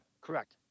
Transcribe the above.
Correct